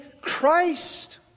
Christ